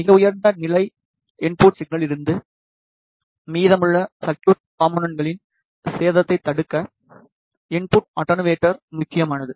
மிக உயர்ந்த நிலை இன்புட் சிக்னலிருந்து மீதமுள்ள சர்குய்ட் காம்போனென்ட்களின் சேதத்தைத் தடுக்க இன்புட் அட்டென்யூட்டர் முக்கியமானது